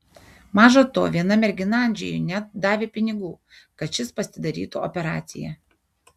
maža to viena mergina andžejui net davė pinigų kad šis pasidarytų operaciją